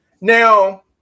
Now